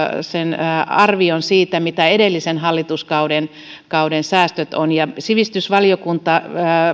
sen arvion siitä mitä edellisen hallituskauden säästöt ovat sivistysvaliokunta